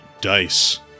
dice